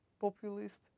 populist